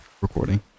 recording